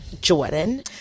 Jordan